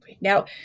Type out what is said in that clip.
now